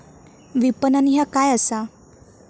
विपणन ह्या काय असा?